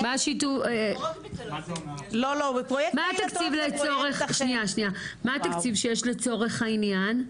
מה התקציב שיש לצורך העניין?